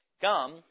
Come